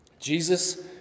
Jesus